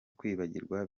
kwibagirwa